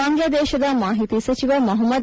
ಬಾಂಗ್ಲಾದೇಶದ ಮಾಹಿತಿ ಸಚಿವ ಮಹಮ್ಮದ್